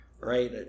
right